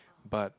but